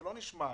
זה לא נשמע נכון.